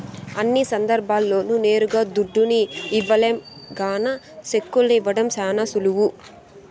అన్ని సందర్భాల్ల్లోనూ నేరుగా దుడ్డుని ఇవ్వలేం గాన సెక్కుల్ని ఇవ్వడం శానా సులువు